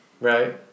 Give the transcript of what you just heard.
Right